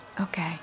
Okay